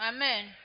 Amen